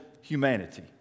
humanity